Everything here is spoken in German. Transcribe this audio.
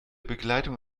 begleitung